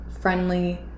friendly